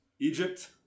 Egypt